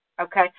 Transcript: Okay